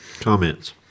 Comments